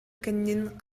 кэннин